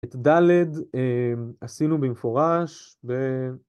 את ד' עשינו במפורש.